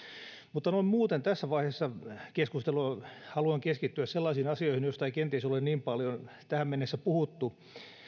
mutta noin muuten tässä vaiheessa keskustelua haluan keskittyä sellaisiin asioihin joista ei kenties ole niin paljon tähän mennessä puhuttu